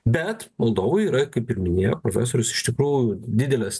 bet valdovų yra ir kaip ir minėjo profesorius iš tikrųjų didelis